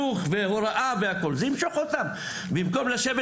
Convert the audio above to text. לימודים שימשכו כשנה,